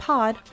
Pod